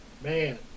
Man